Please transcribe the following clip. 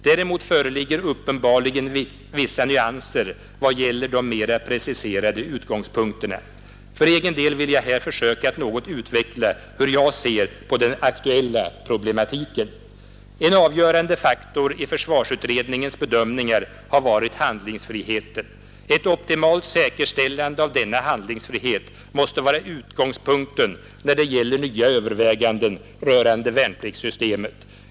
Däremot finns uppenbarligen vissa nyanser vad gäller de mera preciserade utgångspunkterna. För egen del vill jag här försöka något utveckla hur jag ser på den aktuella problematiken. En avgörande faktor i försvarsutredningens bedömningar har varit handlingsfriheten. Ett optimalt säkerställande av denna handlingsfrihet måste vara utgångspunkten när det gäller nya överväganden rörande värnpliktssystemet.